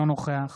אינו נוכח